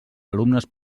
alumnes